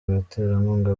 abaterankunga